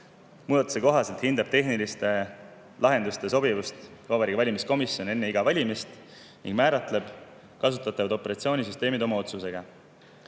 Muudatuse kohaselt hindab tehniliste lahenduste sobivust Vabariigi Valimiskomisjon enne iga valimist ning määratleb kasutatavad operatsioonisüsteemid oma otsusega.